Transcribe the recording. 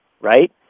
Right